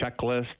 checklist